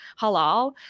halal